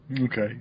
Okay